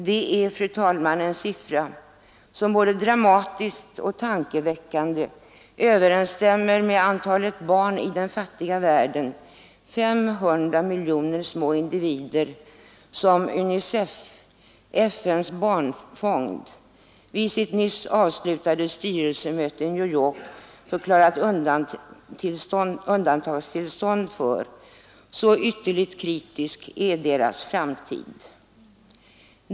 Det är, fru talman, en siffra som både dramatiskt och tankeväckande överensstämmer med antalet barn i den fattiga världen — 500 miljoner små individer — som UNICEF, FN:s barnfond, vid sitt nyss avslutade styrelsemöte i New York förklarat undantagstillstånd för, så ytterligt kritisk är deras framtid.